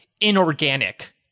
inorganic